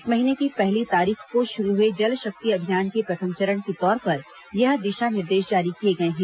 इस महीने की पहली तारीख को शुरू हुए जल शक्ति अभियान के प्रथम चरण के तौर पर यह दिशा निर्देश जारी किए गए हैं